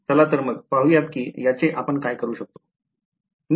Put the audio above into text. चला तर मग पाहुयात कि याचे आपण काय करू शकतो